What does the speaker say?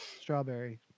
Strawberry